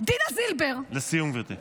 דינה זילבר, לסיום, גברתי.